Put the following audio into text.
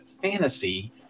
fantasy